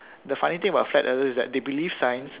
the funny thing about flat earthers is that they believe science